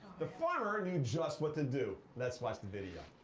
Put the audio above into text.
the farmer knew just what to do. let's watch the video.